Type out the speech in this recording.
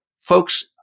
Folks